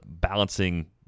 balancing